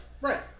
right